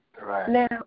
Now